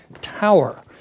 tower